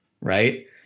right